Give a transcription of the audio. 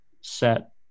set